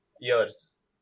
years